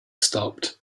stopped